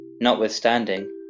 notwithstanding